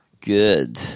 good